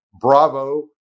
bravo